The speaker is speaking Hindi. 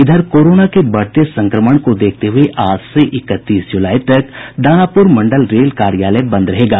इधर कोरोना के बढ़ते संक्रमण को देखते हुये आज से इकतीस जुलाई तक दानापुर मंडल रेल कार्यालय बंद रहेगा